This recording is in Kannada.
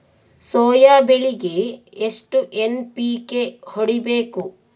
ಸೊಯಾ ಬೆಳಿಗಿ ಎಷ್ಟು ಎನ್.ಪಿ.ಕೆ ಹೊಡಿಬೇಕು?